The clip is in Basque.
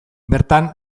bertan